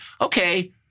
okay